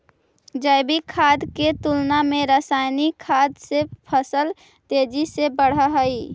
जैविक खाद के तुलना में रासायनिक खाद से फसल तेजी से बढ़ऽ हइ